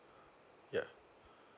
yeah